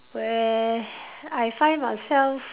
where I find myself